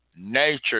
Nature